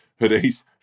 hoodies